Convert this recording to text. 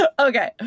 Okay